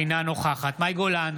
אינה נוכחת מאי גולן,